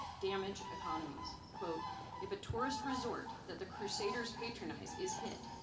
damage economies. if a tourist resort that the crusaders patronize is hit,